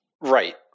Right